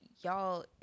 y'all